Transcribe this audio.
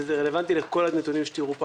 וזה רלבנטי לכל הנתונים שתראו פה.